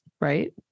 right